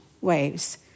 waves